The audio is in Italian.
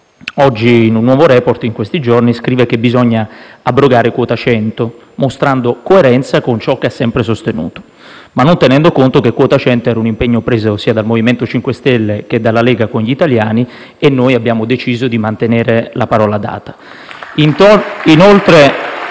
Adesso, in un nuovo *report* di questi giorni, scrive che bisogna abrogare quota 100, mostrando coerenza con ciò che ha sempre sostenuto ma non tenendo conto che quota 100 era un impegno preso sia dal MoVimento 5 Stelle che dalla Lega con gli italiani e noi abbiamo deciso di mantenere la parola data.